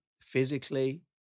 physically